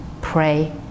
pray